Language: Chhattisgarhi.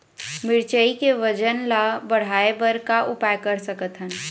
मिरचई के वजन ला बढ़ाएं बर का उपाय कर सकथन?